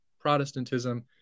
protestantism